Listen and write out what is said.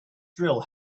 drill